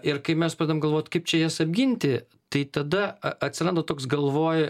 ir kai mes pradedam galvot kaip čia jas apginti tai tada a atsiranda toks galvoj